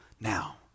now